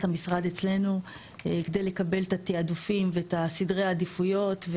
המשרד אצלנו כדי לקבל את התעדופים ואת סדרי העדיפויות.